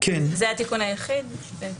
זה התיקון היחיד.